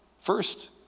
First